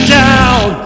down